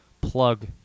plug